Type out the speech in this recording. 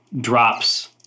drops